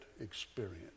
experience